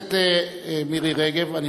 המתנחלים הם סרטן.